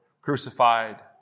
crucified